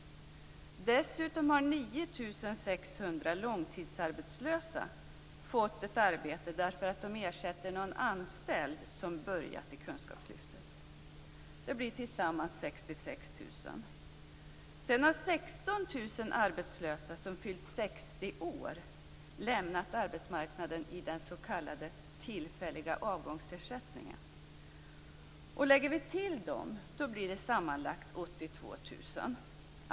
Dessutom har 9 600 långtidsarbetslösa fått ett arbete därför att de ersätter någon anställd som börjat i kunskapslyftet. Det blir tillsammans 66 000. Sedan har 16 000 arbetslösa som fyllt 60 år lämnat arbetsmarknaden i den s.k. tillfälliga avgångsersättningen. Lägger vi till dem blir det sammanlagt 82 000.